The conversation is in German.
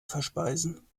verspeisen